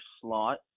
slot